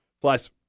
Plus